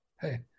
hey